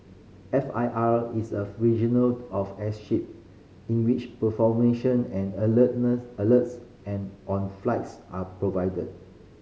F I R is of regional of airship in which and alert alerts and on flights are provided